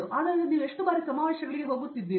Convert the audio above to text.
ಆದ್ದರಿಂದ ನೀವು ಎಷ್ಟು ಬಾರಿ ಸಮಾವೇಶಗಳಿಗೆ ಹೋಗುತ್ತಿದ್ದೀರಿ